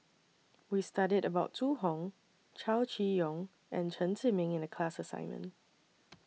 We studied about Zhu Hong Chow Chee Yong and Chen Zhiming in The class assignment